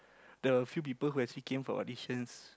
the few people who actually came for auditions